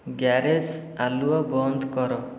garage ଆଲୁଅ ବନ୍ଦ କର